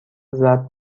ضرب